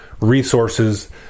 resources